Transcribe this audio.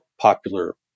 popular